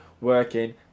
working